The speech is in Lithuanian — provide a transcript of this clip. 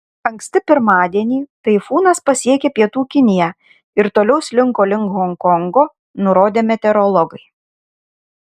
anksti pirmadienį taifūnas pasiekė pietų kiniją ir toliau slinko link honkongo nurodė meteorologai